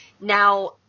Now